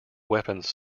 weapons